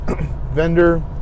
vendor